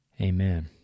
Amen